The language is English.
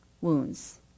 wounds